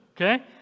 okay